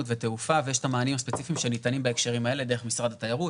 ותעופה ויש את המענים הספציפיים שניתנים בהקשרים האלה דרך משרד התיירות